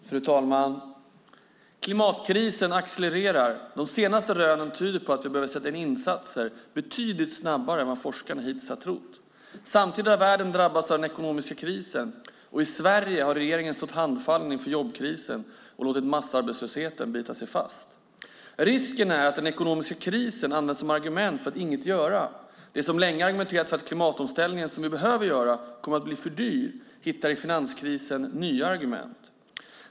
Fru talman! Klimatkrisen accelererar. De senaste rönen tyder på att vi behöver sätta in insatser betydligt snabbare än vad forskarna hittills har trott. Samtidigt har världen drabbats av den ekonomiska krisen. Och i Sverige har regeringen stått handfallen inför jobbkrisen och låtit massarbetslösheten bita sig fast. Risken är att den ekonomiska krisen används som argument för att inget göra. De som länge argumenterat för att klimatomställningen, som vi behöver göra, kommer att bli för dyr hittar i finanskrisen nya argument.